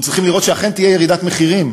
אנחנו צריכים לראות שאכן תהיה ירידת מחירים